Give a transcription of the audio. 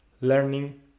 learning